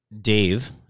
Dave